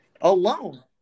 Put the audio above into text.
alone